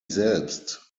selbst